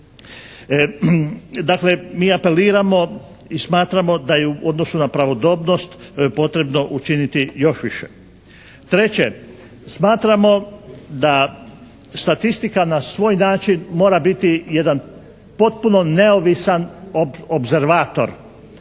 Dakle, mi apeliramo i smatramo da je u odnosu na pravodobnost potrebno učiniti još više. Treće, smatramo da statistika na svoj način mora biti jedan potpuno neovisan obzervator